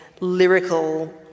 lyrical